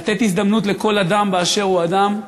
לתת הזדמנות לכל אדם באשר הוא אדם,